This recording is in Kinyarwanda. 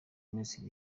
minisitiri